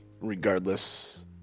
regardless